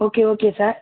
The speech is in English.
okay okay sir